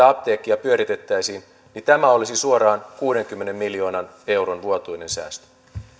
apteekkia pyöritettäisiin niin tämä olisi suoraan kuudenkymmenen miljoonan euron vuotuinen säästö